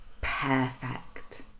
perfect